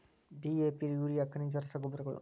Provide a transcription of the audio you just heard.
DAP urea ಖನಿಜ ರಸಗೊಬ್ಬರಗಳು